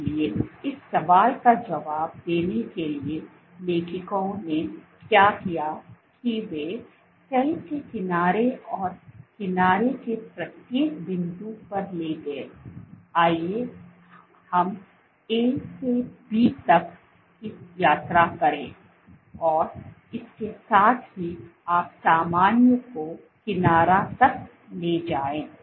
इसलिए इस सवाल का जवाब देने के लिए लेखकों ने क्या किया कि वे सेल के किनारे और किनारे के प्रत्येक बिंदु पर ले गए आइए हम ए से बी तक की यात्रा करें और इसके साथ ही आप सामान्य को किनारे तक ले जाएं